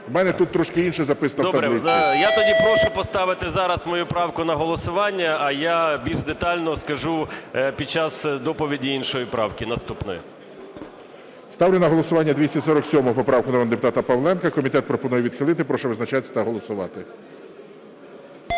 В мене тут трошки інше записано в таблиці. ПАВЛЕНКО Ю.О. Добре. Я тоді прошу поставити зараз мою правку на голосування, а я більш детально скажу під час доповіді іншої правки наступної. ГОЛОВУЮЧИЙ. Ставлю на голосування 247 поправку народного депутата Павленка. Комітет пропонує відхилити. Прошу визначатися та голосувати.